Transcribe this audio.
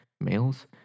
males